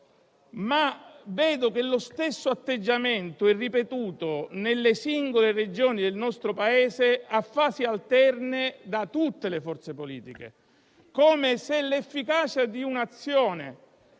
ma vedo che lo stesso atteggiamento è ripetuto, nelle singole Regioni del nostro Paese a fasi alterne, da tutte le forze politiche, come se l'efficacia di un'azione